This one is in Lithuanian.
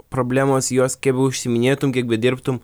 problemos jos kaip beužsiiminėtum kiek bedirbtum